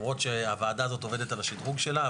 למרות שהוועדה הזאת עובדת על השדרוג שלה,